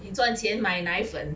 你赚钱买奶粉